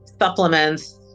supplements